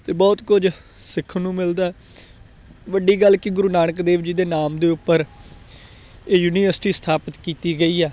ਅਤੇ ਬਹੁਤ ਕੁਝ ਸਿੱਖਣ ਨੂੰ ਮਿਲਦਾ ਵੱਡੀ ਗੱਲ ਕਿ ਗੁਰੂ ਨਾਨਕ ਦੇਵ ਜੀ ਦੇ ਨਾਮ ਦੇ ਉੱਪਰ ਇਹ ਯੂਨੀਵਰਸਿਟੀ ਸਥਾਪਿਤ ਕੀਤੀ ਗਈ ਆ